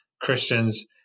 Christians